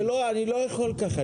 אני לא יכול כך.